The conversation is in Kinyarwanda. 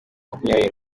makumyabiri